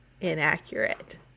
inaccurate